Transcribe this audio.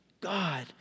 God